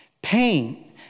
Pain